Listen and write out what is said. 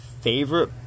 favorite